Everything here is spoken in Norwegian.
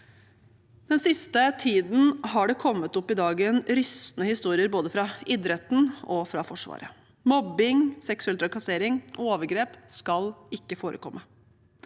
Den siste tiden har det kommet opp i dagen rystende historier både fra idretten og fra Forsvaret. Mobbing, seksuell trakassering og overgrep skal ikke forekomme.